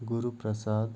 Guruprasad